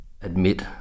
admit